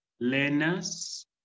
learners